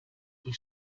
die